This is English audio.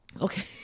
Okay